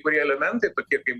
kurie elementai tokie kaip